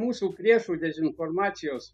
mūsų priešų dezinformacijos